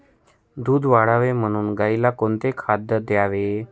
दूध वाढावे म्हणून गाईला कोणते खाद्य द्यावे?